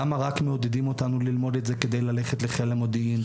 למה מעודדים אותנו ללמוד את זה רק כדי ללכת לחיל המודיעין?